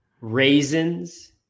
raisins